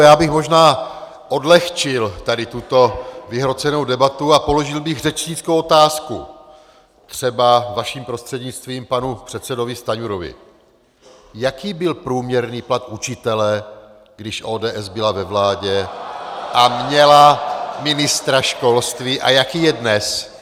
Já bych možná odlehčil tuto vyhrocenou debatu a položil bych řečnickou otázku třeba vaším prostřednictvím panu předsedovi Stanjurovi: Jaký byl průměrný plat učitele, když ODS byla ve vládě a měla ministra školství, a jaký je dnes?